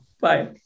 Bye